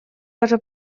даже